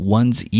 one's